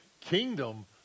kingdom